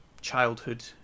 childhood